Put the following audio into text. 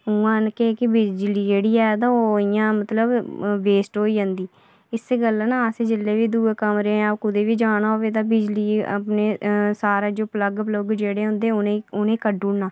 उ'आं के ऐ कि बिजली जेह्ड़ी ऐ कि ओह् इ'यां मतलब वेस्ट होई जंदी इस्सै गल्ला ना अस जेल्लै बी दूऐ कमरै जां कुतै बी जाना होऐ तां बिजली ने सारे प्लग्ग पलुग्ग जेहड़ा होंदे उ'नें ई कड्ढी ओड़ना